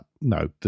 no